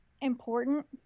important